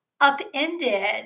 upended